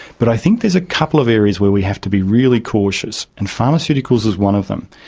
but i think there's a couple of areas where we have to be really cautious, and pharmaceuticals is one of them.